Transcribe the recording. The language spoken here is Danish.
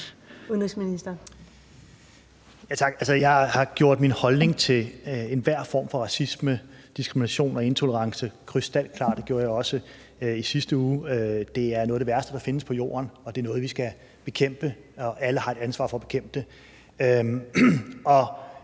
Tak. Altså, jeg har gjort min holdning til enhver form for racisme, diskrimination og intolerance krystalklar, og det gjorde jeg også i sidste uge. Det er noget af det værste, der findes på jorden, og det er noget, vi skal bekæmpe, og alle har et ansvar for at bekæmpe det. Vi